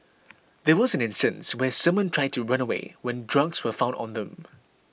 there was an instance where someone tried to run away when drugs were found on them